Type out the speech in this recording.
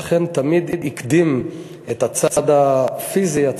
לכן, תמיד הקדים הצד הרוחני את צד הפיזי.